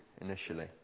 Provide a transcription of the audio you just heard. initially